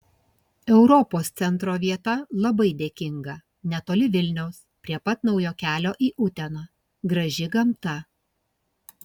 europos centro vieta labai dėkinga netoli vilniaus prie pat naujo kelio į uteną graži gamta